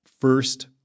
first